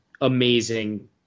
amazing